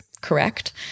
correct